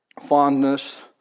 fondness